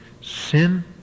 sin